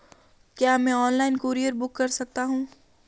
क्या मैं online courier book कर सकता हूँ?